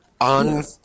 On